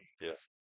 Yes